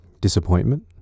disappointment